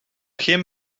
geen